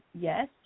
yes